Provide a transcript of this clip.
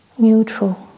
Neutral